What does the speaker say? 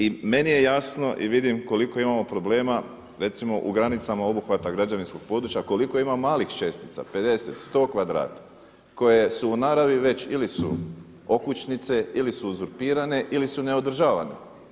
I meni je jasno i vidim koliko imamo problema recimo u granicama obuhvata građevinskog područja, koliko ima malih čestica 50, 100 kvadrata koje su u naravi već ili su okućnice ili su uzurpirane ili su neodržavane.